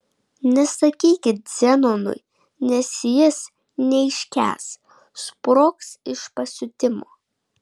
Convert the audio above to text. nesakykit zenonui nes jis neiškęs sprogs iš pasiutimo